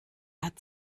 hat